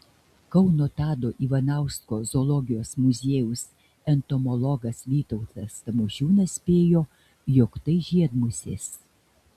kauno tado ivanausko zoologijos muziejaus entomologas vytautas tamošiūnas spėjo jog tai žiedmusės